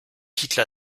quittent